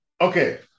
okay